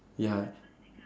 ya